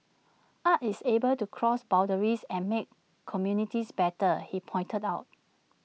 art is able to cross boundaries and make communities better he pointed out